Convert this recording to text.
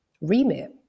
remit